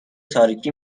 تاریکی